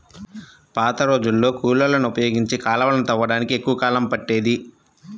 పాతరోజుల్లో కూలోళ్ళని ఉపయోగించి కాలవలని తవ్వడానికి ఎక్కువ కాలం పట్టేది